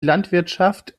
landwirtschaft